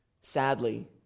sadly